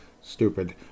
Stupid